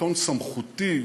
בטון סמכותי,